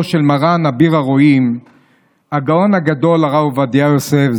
של מרן אביר הרועים הגאון הגדול הרב עובדיה יוסף,